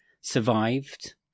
survived